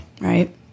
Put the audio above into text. Right